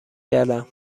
کردند